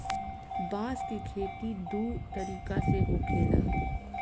बांस के खेती दू तरीका से होखेला